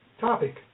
Topic